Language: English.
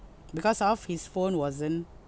because of his phone wasn't